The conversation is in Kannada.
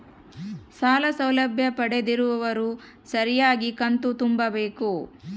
ಸಾಲ ಸೌಲಭ್ಯ ಪಡೆದಿರುವವರು ಸರಿಯಾಗಿ ಕಂತು ತುಂಬಬೇಕು?